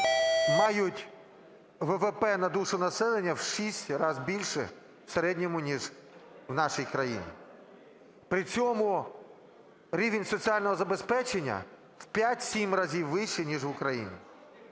мають ВВП на душу населення в 6 разів більше в середньому, ніж в нашій країні. При цьому рівень соціального забезпечення в 5-7 разів вище, ніж в Україні.